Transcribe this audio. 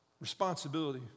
responsibility